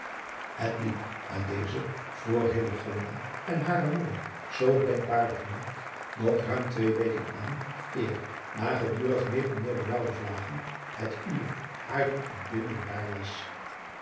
het liep na dezen voor hillegonda en hare moeder zoo gedenkwaardigen nacht nog ruim twee weken aan eer na gedurig meer en meer benaauwende vlagen het uur harer ontbinding daar was